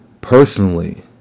personally